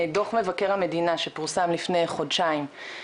דוח מבקר המדינה שפורסם לפני כחודשיים,